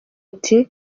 ati